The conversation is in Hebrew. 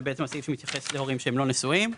הסעיף שמתייחס להורים שהם לא נשואים,